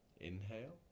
Inhale